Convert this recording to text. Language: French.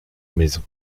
maison